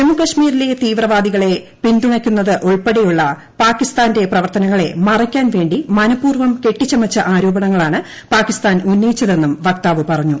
ജമ്മു കശ്മീരിലെ തീവ്രവാദികളെ പിന്തുണയ്ക്കുന്നതുൾപ്പെട്ടെയ്ുള്ള പാകിസ്ഥാന്റെ പ്രവർത്തനങ്ങളെ മറയ്ക്കാൻ വേണ്ടി മനപൂർവ്വ് കെട്ടിച്ചുമച്ചു ആരോപണങ്ങളാണ് പാകിസ്ഥാൻ ഉന്നയിച്ചതെന്നും വക്താവ് പറഞ്ഞു